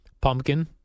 Pumpkin